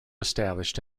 established